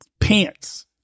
pants